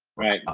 right,